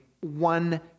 one